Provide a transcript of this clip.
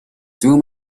through